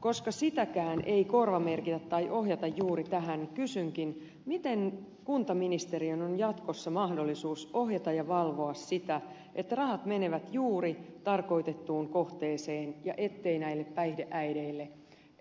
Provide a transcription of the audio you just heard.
koska sitäkään ei korvamerkitä tai ohjata juuri tähän kysynkin miten kuntaministeriön on jatkossa mahdollisuus ohjata ja valvoa sitä että rahat menevät juuri tarkoitettuun kohteeseen ja että näille päihdeäideille